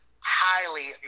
highly